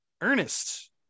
Ernest